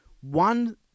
one